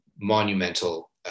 monumental